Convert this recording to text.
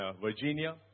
Virginia